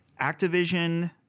Activision